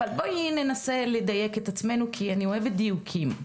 אבל בואי ננסה לדייק את עצמנו כי אני אוהבת דיוקים.